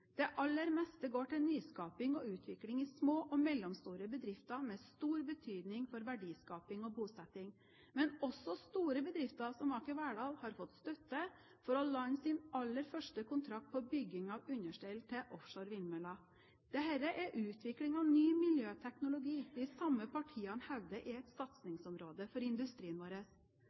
Det aller meste går til nyskaping og utvikling i små og mellomstore bedrifter, med stor betydning for verdiskaping og bosetting. Men også store bedrifter som Aker Verdal har fått støtte for å lande sin aller første kontrakt på bygging av understell til offshore vindmøller. Dette er utvikling av ny miljøteknologi som de samme partiene hevder er et satsningsområde for industrien vår.